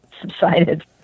subsided